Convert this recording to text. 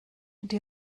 die